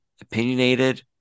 opinionated